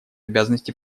обязанности